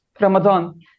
Ramadan